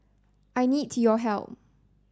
I need your help